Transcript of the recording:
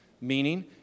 Meaning